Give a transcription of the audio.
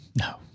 No